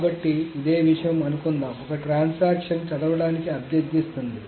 కాబట్టి ఇదే విషయం అనుకుందాం ఒక ట్రాన్సాక్షన్ చదవడానికి అభ్యర్థిస్తోంది